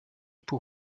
pour